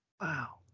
Wow